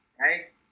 Right